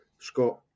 Scott